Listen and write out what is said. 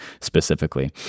specifically